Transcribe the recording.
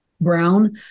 Brown